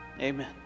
Amen